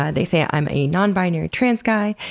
ah they say i'm a non-binary trans guy,